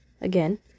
again